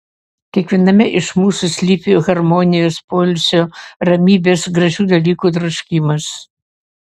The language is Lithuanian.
kiekviename iš mūsų slypi harmonijos poilsio ramybės gražių dalykų troškimas